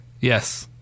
Yes